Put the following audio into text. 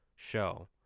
show